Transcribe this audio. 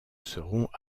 seront